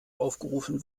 aufgerufen